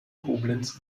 koblenz